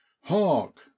hark